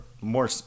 more